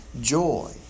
joy